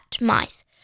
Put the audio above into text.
mice